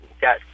got